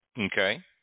Okay